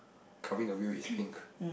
covering the wheel is pink